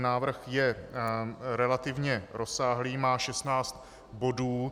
Návrh je relativně rozsáhlý, má 16 bodů.